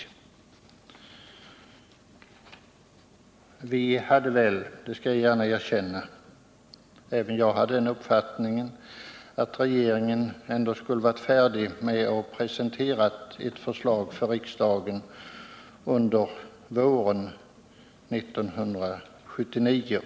Även jag — det skall jag gärna erkänna — hade den uppfattningen att regeringen ändå skulle ha ett förslag att presentera riksdagen under våren 1979.